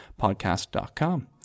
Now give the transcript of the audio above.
podcast.com